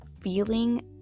feeling